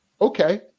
okay